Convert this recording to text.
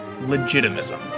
Legitimism